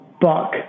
Buck